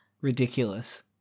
Ridiculous